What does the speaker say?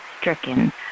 stricken